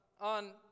on